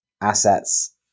assets